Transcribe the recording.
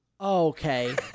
Okay